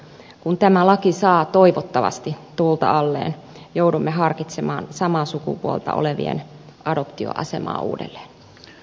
kun tämä laki saa toivottavasti tulta alleen joudumme harkitsemaan samaa sukupuolta olevien adoptioasemaa uudelleen